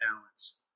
balance